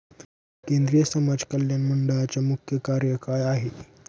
केंद्रिय समाज कल्याण मंडळाचे मुख्य कार्य काय आहे?